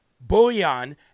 bullion